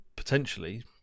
Potentially